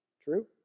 True